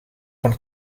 von